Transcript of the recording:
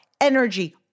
energy